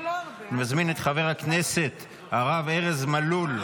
אני מזמין את חבר הכנסת הרב ארז מלול,